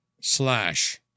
slash